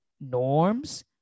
norms